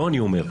לא אני אומר,